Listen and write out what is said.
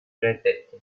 reddetti